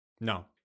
No